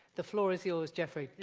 the floor is yours, geoffrey.